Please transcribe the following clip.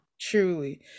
truly